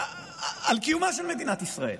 על קיומה של מדינת ישראל?